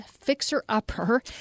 fixer-upper